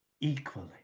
equally